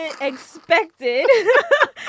expected